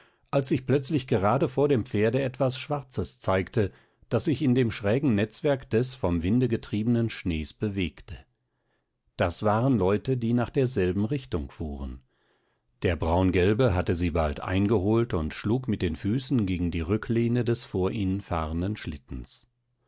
als sich plötzlich gerade vor dem pferde etwas schwarzes zeigte das sich in dem schrägen netzwerk des vom winde getriebenen schnees bewegte das waren leute die nach derselben richtung fuhren der braungelbe hatte sie bald eingeholt und schlug mit den füßen gegen die rücklehne des vor ihnen fahrenden schlittens